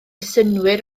synnwyr